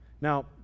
Now